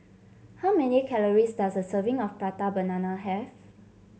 how many calories does a serving of Prata Banana have